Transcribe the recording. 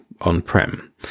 on-prem